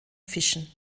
fischen